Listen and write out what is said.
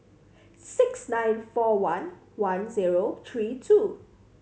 six nine four one one zero three two